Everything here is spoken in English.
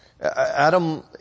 Adam